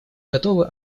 готовы